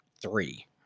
three